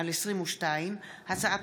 פ/662/22 וכלה בהצעת חוק פ/943/22: הצעת